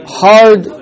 hard